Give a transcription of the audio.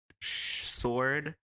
Sword